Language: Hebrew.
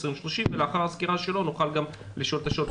2030 ולאחר הסקירה שלו גם נוכל לשאול את השאלות.